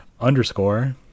Underscore